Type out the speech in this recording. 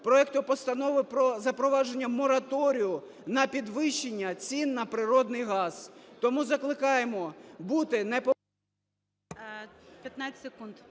проекту Постанови про запровадження мораторію на підвищення цін на природний газ. Тому закликаємо бути… ГОЛОВУЮЧИЙ.